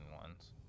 ones